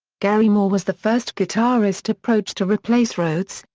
gary moore was the first guitarist approached to replace rhoads,